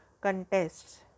contests